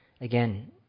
Again